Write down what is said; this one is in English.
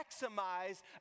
maximize